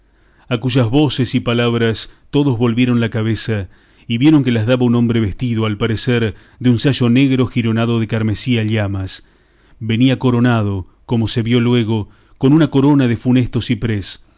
a cuyas voces y palabras todos volvieron la cabeza y vieron que las daba un hombre vestido al parecer de un sayo negro jironado de carmesí a llamas venía coronado como se vio luego con una corona de funesto ciprés